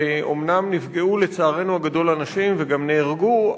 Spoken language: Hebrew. ואומנם נפגעו, לצערנו הגדול, אנשים, וגם נהרגו.